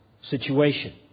situation